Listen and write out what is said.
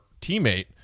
teammate